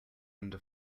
under